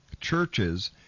churches